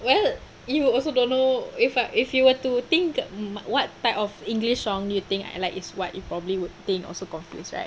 well you will also don't know if I if you were to think mm what type of english song do you think I like is what you probably would think also confused right